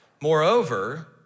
Moreover